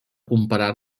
comparar